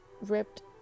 ripped